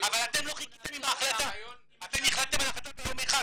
אתם לא חיכיתם עם ההחלטה .אתם החלטתם ביום אחד.